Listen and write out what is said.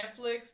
Netflix